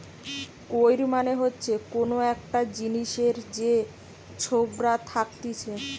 কৈর মানে হচ্ছে কোন একটা জিনিসের যে ছোবড়া থাকতিছে